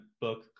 book